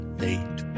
late